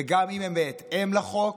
וגם אם הן בהתאם לחוק,